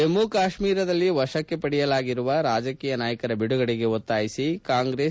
ಜಮ್ನು ಕಾಶ್ನೀರದಲ್ಲಿ ವಶಕ್ಕೆ ಪಡೆಯಲಾಗಿರುವ ರಾಜಕೀಯ ನಾಯಕರ ಬಿಡುಗಡೆಗೆ ಒತ್ತಾಯಿಸಿ ಕಾಂಗ್ರೆಸ್